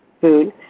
food